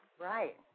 Right